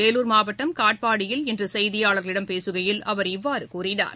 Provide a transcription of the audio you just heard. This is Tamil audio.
வேலூர் மாவட்டம் காட்பாடியில் இன்று செய்தியாளர்களிடம் பேசுகையில் அவர் இவ்வாறு கூறினார்